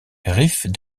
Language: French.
rhys